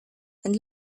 and